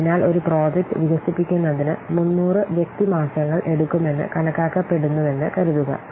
അതിനാൽ ഒരു പ്രോജക്റ്റ് വികസിപ്പിക്കുന്നതിന് 300 വ്യക്തി മാസങ്ങൾ എടുക്കുമെന്ന് കണക്കാക്കപ്പെടുന്നുവെന്ന് കരുതുക